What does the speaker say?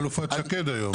חלופת שקד היום.